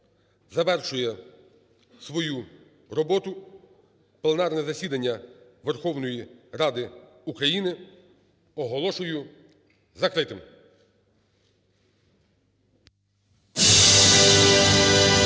завершує свою роботу. Пленарне засідання Верховної Ради України оголошую закритим.